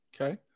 Okay